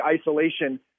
isolation